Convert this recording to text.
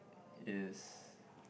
is